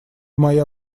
моя